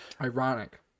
Ironic